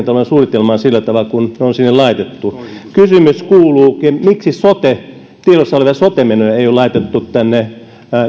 talouden suunnitelmaan sillä tavalla kuin ne on sinne laitettu kysymys kuuluukin miksi tiedossa olevia sote menoja ei ole laitettu tänne